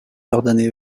ordonné